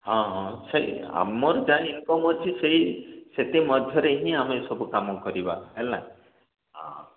ହଁ ହଁ ଆଚ୍ଛା ଆମର ଯାହା ଇନକମ୍ ଅଛି ସେହି ସେତେ ମଧ୍ୟରେ ହିଁ ଆମେ ସବୁ କାମ କରିବା ହେଲା ହଁ